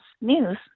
news